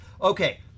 Okay